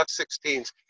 F-16s